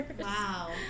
Wow